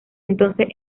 entonces